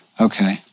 Okay